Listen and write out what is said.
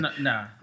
Nah